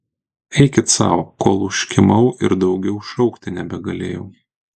eikit sau kol užkimau ir daugiau šaukti nebegalėjau